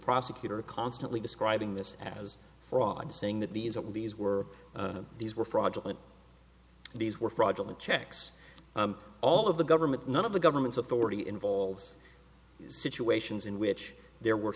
prosecutor constantly describing this as fraud saying that the israelis were these were fraudulent these were fraudulent checks all of the government none of the government's authority involves situations in which there were